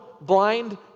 blind